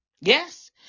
Yes